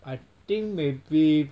I think maybe